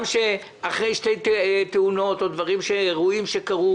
גם שאחרי שתי תאונות או דברים אחרים שקרו